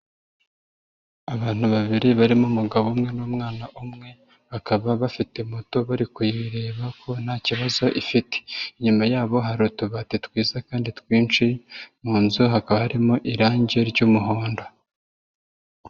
Abantu babiri barimo umugabo umwe n'umwana umwe bakaba bafite moto bari kuyireba ko nta kibazo ifite, inyuma yabo hari utubati twiza kandi twinshi mu nzu hakaba harimo irangi ry'umuhondo.